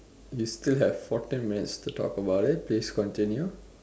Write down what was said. you still have fourteen minutes to talk about it please continue